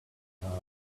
house